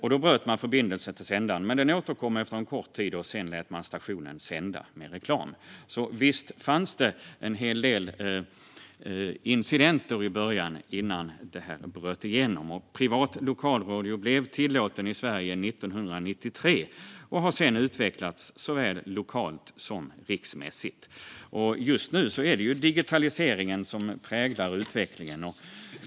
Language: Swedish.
Då bröt man förbindelsen till sändaren, men den återkom efter en kort tid. Sedan lät man stationen sända med reklam. Så visst fanns det en hel del incidenter i början, innan det hela bröt igenom! Privat lokalradio blev tillåten i Sverige 1993 och har sedan utvecklats såväl lokalt som riksmässigt. Just nu är det digitaliseringen som präglar utvecklingen.